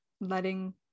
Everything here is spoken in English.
letting